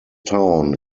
town